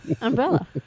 Umbrella